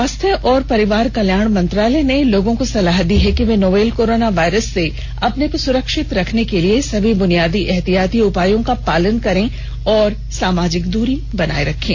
स्वास्थ्य और परिवार कल्याण मंत्रालय ने लोगों को सलाह दी है कि वे नोवल कोरोना वायरस से अपने को सुरक्षित रखने के लिए सभी ब्रनियादी एहतियाती उपायों का पालन करें और सामाजिक दूरी बनाए रखें